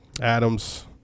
Adams